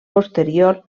posterior